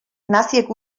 naziek